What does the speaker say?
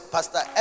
Pastor